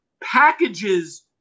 packages